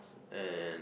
and